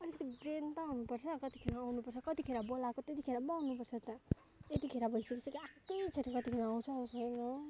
अलिकति ब्रेन त हुनु पर्छ कतिखेर आउनु पर्छ कतिखेर बोलएको त्यतिखेर पो आउनु पर्छ त यतिखेर भइ सकिसक्यो आएकै छैन कतिखेर आउँछ आउँछ हेरौँ